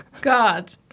God